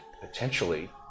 potentially